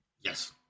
yes